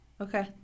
Okay